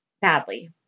Badly